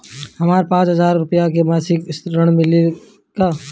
हमका पांच हज़ार रूपया के मासिक ऋण मिली का?